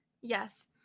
Yes